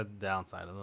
downside